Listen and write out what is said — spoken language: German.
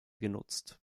genutzt